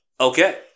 Okay